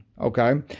Okay